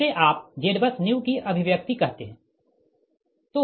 जिसे आप ZBUSNEW की अभिव्यक्ति कहते है